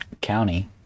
county